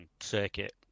Circuit